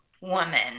woman